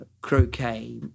croquet